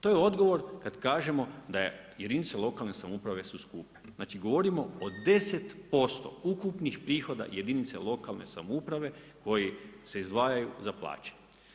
To je odgovor kad kažemo da su jedinice lokalne samouprave skupe, znači govorimo o 10% ukupnih prihoda jedinice lokalne samouprave koji se izdvajaju za plaće.